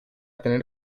tener